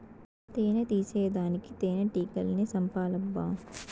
తేని తీసేదానికి తేనెటీగల్ని సంపాలబ్బా